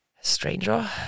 Stranger